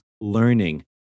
learning